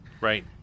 right